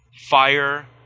fire